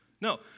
No